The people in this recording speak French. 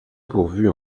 pourvue